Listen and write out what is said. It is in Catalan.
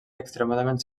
extremadament